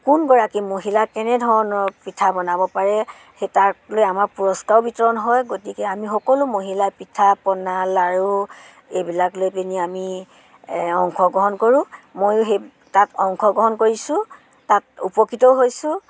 কোনগৰাকী মহিলা কেনেধৰণৰ পিঠা বনাব পাৰে সেই তাক লৈ আমাৰ পুৰস্কাৰো বিতৰণ হয় গতিকে আমি সকলো মহিলাই পিঠা পনা লাড়ু এইবিলাক লৈ পিনি আমি অংশগ্ৰহণ কৰোঁ ময়ো সেই তাত অংশগ্ৰহণ কৰিছোঁ তাত উপকৃত হৈছোঁ